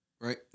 right